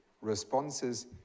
responses